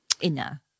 inner